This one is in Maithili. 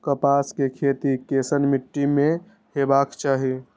कपास के खेती केसन मीट्टी में हेबाक चाही?